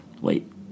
Wait